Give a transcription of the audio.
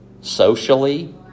socially